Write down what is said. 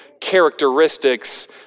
characteristics